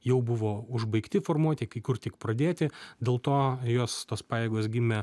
jau buvo užbaigti formuoti kai kur tik pradėti dėl to jos tos pajėgos gimė